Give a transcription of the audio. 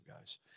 guys